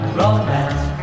romance